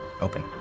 open